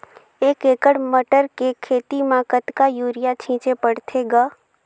एक एकड़ मटर के खेती म कतका युरिया छीचे पढ़थे ग?